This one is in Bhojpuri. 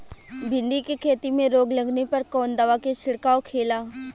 भिंडी की खेती में रोग लगने पर कौन दवा के छिड़काव खेला?